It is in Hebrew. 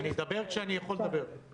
כשבני אדם מתביישים הם מסמיקים,